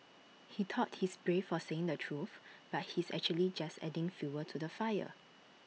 he thought he's brave for saying the truth but he's actually just adding fuel to the fire